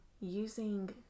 using